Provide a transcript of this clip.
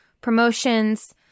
promotions